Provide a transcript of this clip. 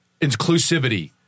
inclusivity